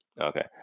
Okay